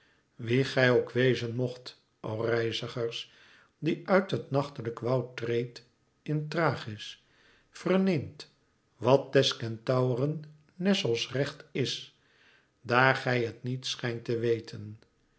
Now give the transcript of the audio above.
wie gij ook wezen mocht o reizigers die uit het nachtelijk woud treedt in thrachis verneemt wat des kentauren nessos recht is daar gij het niet schijnt te weten